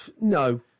No